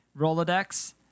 Rolodex